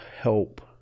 help